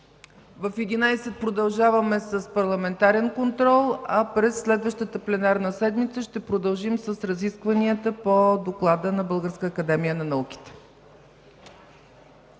В 11,00 ч. продължаваме с парламентарен контрол, а през следващата пленарна седмица ще продължим с разискванията по Доклада на Българската академия на науките.